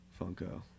Funko